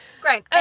Great